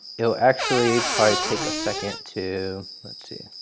it will actually probably take a second to, let's see.